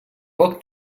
poc